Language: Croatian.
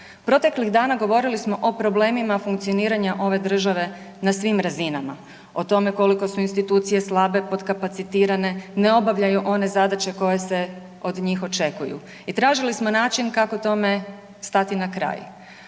Proteklih dana govorili smo o problemima funkcioniranja ove države na svim razinama, o tome koliko su institucije slabe, potkapacitirane, ne obavljaju one zadaće koje se od njih očekuju i tražili smo način kako tome stati na kraj,